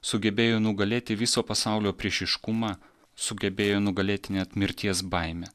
sugebėjo nugalėti viso pasaulio priešiškumą sugebėjo nugalėti net mirties baimę